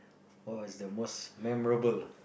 what was the most memorable